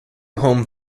home